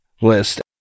list